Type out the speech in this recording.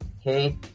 Okay